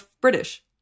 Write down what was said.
British